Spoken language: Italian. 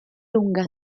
lunga